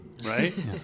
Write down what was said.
right